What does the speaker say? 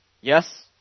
Yes